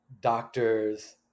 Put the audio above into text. doctors